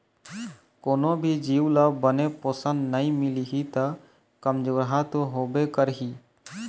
कोनो भी जीव ल बने पोषन नइ मिलही त कमजोरहा तो होबे करही